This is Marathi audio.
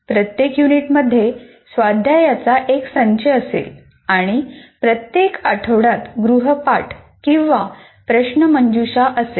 प्रत्येक युनिटमध्ये स्वाध्यायाचा एक संच असेल आणि प्रत्येक आठवड्यात गृहपाठ किंवा प्रश्नमंजुषा असेल